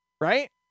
right